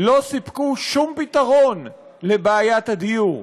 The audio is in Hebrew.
לא סיפקו שום פתרון לבעיית הדיור.